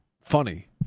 funny